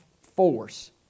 force